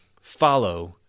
follow